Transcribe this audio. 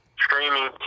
Streaming